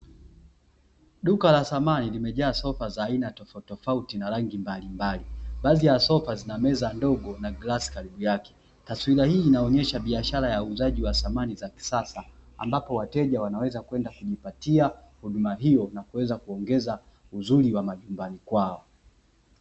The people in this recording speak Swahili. Duka la thamani limejaa sofa za aina tofauti tofauti zenye rangi mbali mbali baadhi ya sofa zina meza ndogo na glasi karibu yake, taswira hii inaonyesha biashara ya uzaji wa thamani za kisasa ambapo wateja wanaweza kwenda kujipatia huduma hiyo na kwenda kuongeza uzuri wa majumbani kwao.